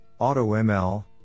AutoML